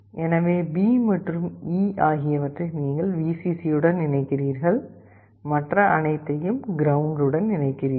எனவே B மற்றும் E ஆகியவற்றை நீங்கள் Vcc உடன் இணைக்கிறீர்கள் மற்ற அனைத்தையும் கிரவுண்ட் உடன் இணைக்கிறீர்கள்